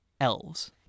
elves